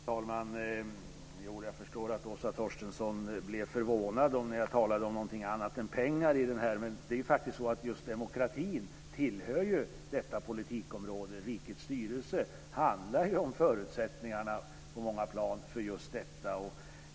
Fru talman! Jag förstår att Åsa Torstensson blev förvånad när jag talade om någonting annat än pengar i det här sammanhanget. Men just demokratin tillhör ju detta politikområde. Rikets styrelse handlar på många plan om förutsättningarna för just detta.